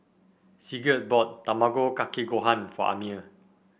Sigurd bought Tamago Kake Gohan for Amir